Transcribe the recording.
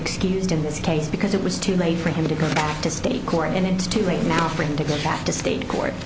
excused in this case because it was too late for him to go to state court and it's too late now for him to go back to state court